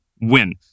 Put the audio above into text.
win